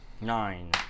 nine